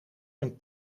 een